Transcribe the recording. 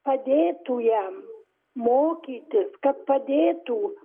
padėtų jam mokytis kad padėtų